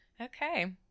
Okay